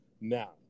now